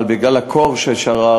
אבל בגלל הקור ששרר,